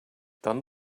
dann